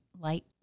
light